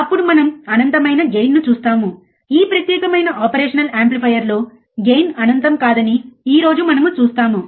అప్పుడు మనము అనంతమైన గెయిన్ను చూస్తాము ఈ ప్రత్యేకమైన ఆపరేషన్ యాంప్లిఫైయర్లో గెయిన్ అనంతం కాదని ఈ రోజు మనం చూస్తాము